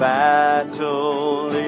battle